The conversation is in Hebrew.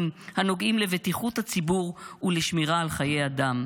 הנוגעים לבטיחות הציבור ולשמירה על חיי אדם.